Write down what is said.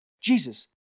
Jesus